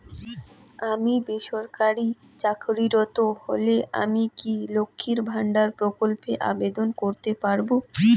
আমি বেসরকারি চাকরিরত হলে আমি কি লক্ষীর ভান্ডার প্রকল্পে আবেদন করতে পারব?